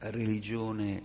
religione